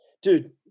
dude